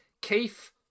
Keith